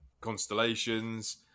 constellations